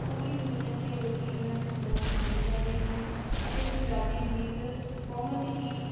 ਪੂਰੀ ਦੁਨੀਆਂ ਦੇ ਲੋਕ ਇਹਨਾਂ ਨੂੰ ਸੁਣਨਾ ਪਸੰਦ ਕਰਦੇ ਹਨ ਅਤੇ ਪੰਜਾਬੀ ਗੀਤ ਬਹੁਤ ਹੀ